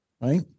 Right